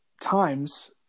times